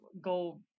go